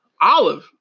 Olive